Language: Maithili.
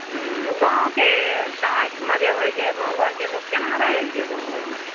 ओ गाँवके देहातमे जे होइ छै गाँव घरके लोग केना रहैत छै गाँव घरमे